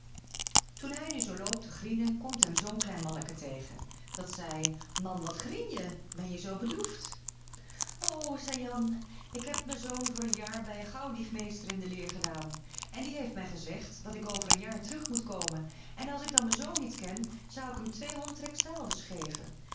toen hij nu zoo loopt te grienen komt hem zoo'n klein manneke tegen dat zei man wat grien je ben je zoo bedroeft o zei jan ik heb mijn zoon voor een jaar bij een gauwdiefmeester in de leer gedaan en die heeft mij gezegd dat ik over een jaar terug moet komen en als ik dan mijn zoon niet ken zou ik hem tweehonderd rijksdaalders geven